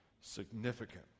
significant